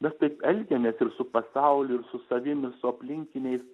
mes taip elgiamės ir su pasauliu ir su savim ir su aplinkiniais